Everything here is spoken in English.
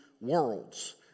worlds